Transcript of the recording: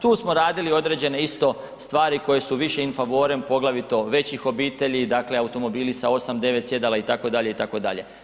Tu smo radili određene isto stvari koje su više in favorem poglavito većih obitelji, dakle automobili sa 8, 9 sjedala itd., itd.